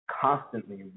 constantly